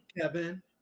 Kevin